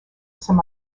some